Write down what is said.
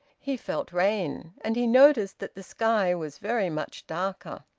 he felt rain. and he noticed that the sky was very much darker.